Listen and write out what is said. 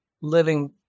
living